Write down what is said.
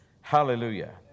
Hallelujah